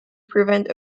prevent